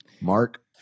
mark